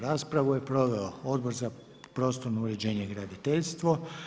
Raspravu je proveo Odbor za prostorno uređenje i graditeljstvo.